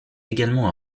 également